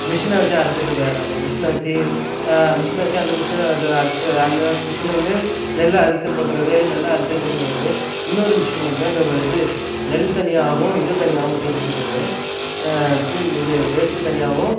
மிஷினை வச்சு அறுத்துவிட்டு போயிட்றாங்க மிஷினை வச்சு மிஷினை வச்சு அந்த மிஷினை இது அறுத்து அந்த மிஷினு வந்து நெல் அறுத்துப் போடுருது நெல்லை அறுத்து இதுப் பண்ணிருது இன்னொரு மிஷினு வந்து அந்த இது நெல் தனியாகவும் இது தனியாகவும் பிரிச்சிருது புல் இது வேஸ்ட்டு தனியாகவும்